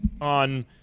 on